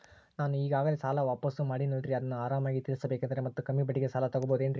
ನಾನು ಈಗಾಗಲೇ ಸಾಲ ವಾಪಾಸ್ಸು ಮಾಡಿನಲ್ರಿ ಅದನ್ನು ಆರಾಮಾಗಿ ತೇರಿಸಬೇಕಂದರೆ ಮತ್ತ ಕಮ್ಮಿ ಬಡ್ಡಿಗೆ ಸಾಲ ತಗೋಬಹುದೇನ್ರಿ?